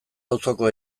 auzoko